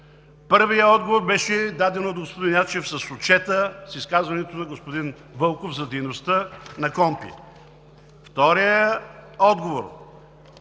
Първият отговор беше даден от господин Ячев с отчета, с изказването на господин Вълков за дейността на КОНПИ. Вторият отговор: